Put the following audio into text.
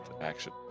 action